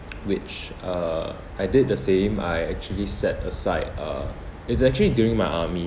which uh I did the same I actually set aside uh it's actually during my army